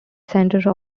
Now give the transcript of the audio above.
center